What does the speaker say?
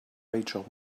rachel